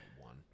one